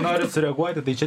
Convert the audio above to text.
noriu sureaguoti tai čia